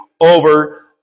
over